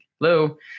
Hello